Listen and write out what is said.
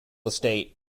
estate